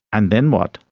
and then what?